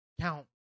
count